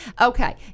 Okay